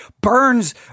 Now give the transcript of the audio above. burns